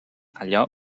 allò